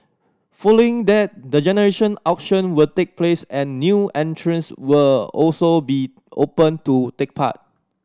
following that the general auction will take place and the new entrants will also be open to take part